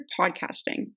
podcasting